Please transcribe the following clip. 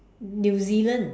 New Zealand